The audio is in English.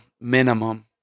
minimum